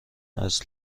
است